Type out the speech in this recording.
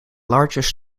largest